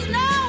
no